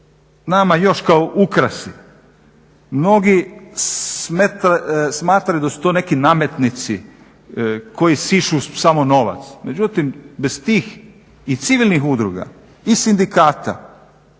nama još kao ukrasi mnogi smatraju da su to neki nametnici koji sišu samo novac, međutim bez tih i civilnih udruga i sindikata